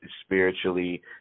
spiritually